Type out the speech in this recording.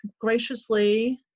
graciously